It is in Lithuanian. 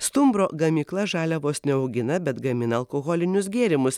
stumbro gamykla žaliavos neaugina bet gamina alkoholinius gėrimus